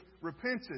repented